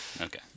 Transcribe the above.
Okay